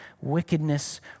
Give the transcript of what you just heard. wickedness